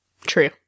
True